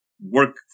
work